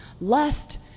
lust